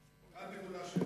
1.7%,